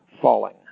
falling